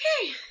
Okay